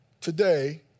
today